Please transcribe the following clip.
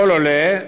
כל עולה,